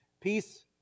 Peace